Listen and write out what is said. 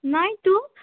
নাইতো